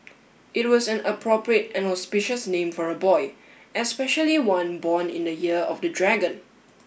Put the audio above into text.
it was an appropriate and auspicious name for a boy especially one born in the year of the dragon